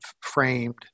framed